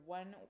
one